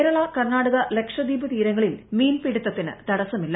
കേരള കർണാടക ലക്ഷദ്വീപ് തീരങ്ങളിൽ ് മീൻപിടുത്തതിന് തടസമില്ല